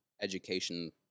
education